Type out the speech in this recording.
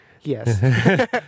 Yes